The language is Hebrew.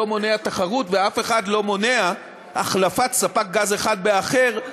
מונע תחרות ואף אחד לא מונע החלפת ספק גז אחד באחר,